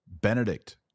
Benedict